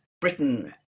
britain